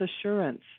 assurance